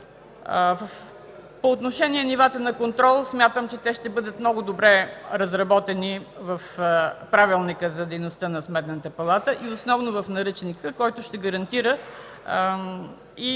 По отношение нивата на контрол смятам, че ще бъдат много добре разработени в Правилника за дейността на Сметната палата и основно в наръчника, който ще гарантира и